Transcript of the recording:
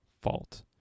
fault